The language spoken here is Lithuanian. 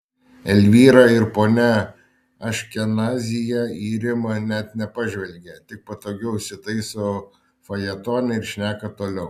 elvyra ir ponia aškenazyje į rimą net nepažvelgia tik patogiau įsitaiso fajetone ir šneka toliau